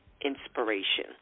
inspiration